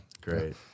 Great